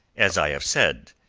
as i have said,